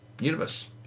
universe